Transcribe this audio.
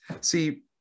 See